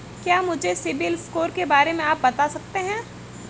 क्या मुझे सिबिल स्कोर के बारे में आप बता सकते हैं?